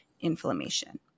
inflammation